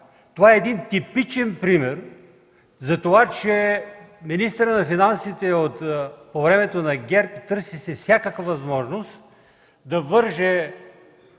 Това е типичен пример за това, че министърът на финансите по времето на ГЕРБ търсеше всякаква възможност да върже